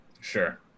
Sure